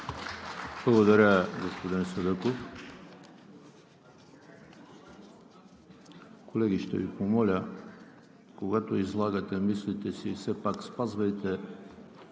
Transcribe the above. Благодаря, господин Садъков. Колеги, ще Ви помоля, когато излагате мислите си, все пак спазвайте